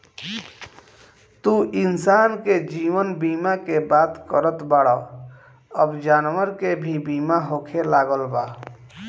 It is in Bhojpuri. तू इंसान के जीवन बीमा के बात करत बाड़ऽ अब जानवर के भी बीमा होखे लागल बा